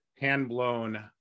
hand-blown